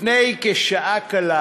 לפני שעה קלה